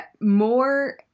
more